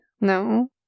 No